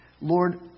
Lord